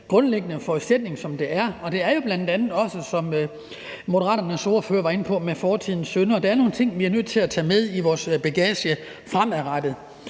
grundlæggende forudsætning, der er – som Moderaternes ordfører også var inde på – med fortidens synder. Der er nogle ting, vi er nødt til at tage med i vores bagage fremadrettet.